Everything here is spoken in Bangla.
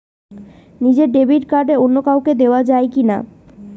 নিজের ডেবিট কার্ড অন্য কাউকে দেওয়া যায় কি না?